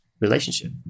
relationship